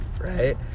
right